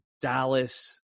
Dallas